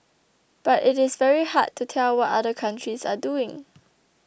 but it is very hard to tell what other countries are doing